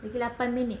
tinggal lapan minit